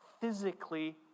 physically